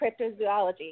cryptozoology